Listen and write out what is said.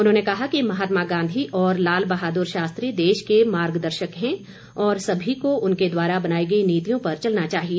उन्होंने कहा कि महात्मा गांधी और लाल बहादुर शास्त्री देश के मार्गदर्शक हैं और सभी को उनके द्वारा बनाई गई नीतियों पर चलना चाहिए